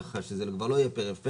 כך שזה לא יהיה פריפריה,